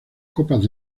copas